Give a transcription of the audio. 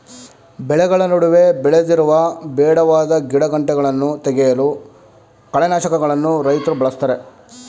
ಬೆಳೆಗಳ ನಡುವೆ ಬೆಳೆದಿರುವ ಬೇಡವಾದ ಗಿಡಗಂಟೆಗಳನ್ನು ತೆಗೆಯಲು ಕಳೆನಾಶಕಗಳನ್ನು ರೈತ್ರು ಬಳ್ಸತ್ತರೆ